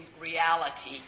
reality